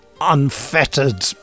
unfettered